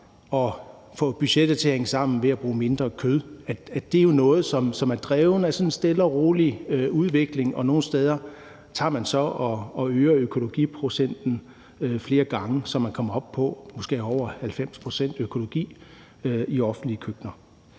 og få budgettet til at hænge sammen ved at bruge mindre kød, er jo noget, som er drevet af en sådan stille og rolig udvikling, og nogle steder øger man så økologiprocenten flere gange, så man kommer op på at have måske over 90 pct. økologi i offentlige køkkener.